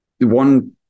one